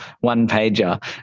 one-pager